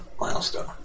milestone